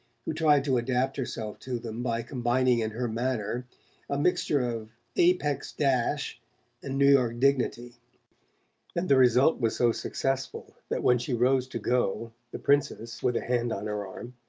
who tried to adapt herself to them by combining in her manner a mixture of apex dash and new york dignity and the result was so successful that when she rose to go the princess, with a hand on her arm,